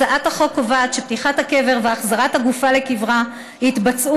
הצעת החוק קובעת שפתיחת הקבר והחזרת הגופה לקברה יתבצעו